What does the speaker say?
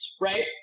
Right